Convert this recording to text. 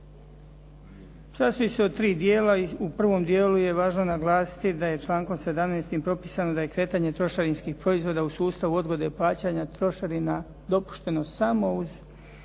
Sastoji se od tri dijela i u prvom dijelu je važno naglasiti da je člankom 17. propisano da je kretanje trošarinskih proizvoda u sustavu odgode plaćanja trošarina dopušteno samo uz